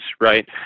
right